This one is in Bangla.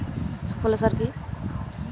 সুফলা সার কি?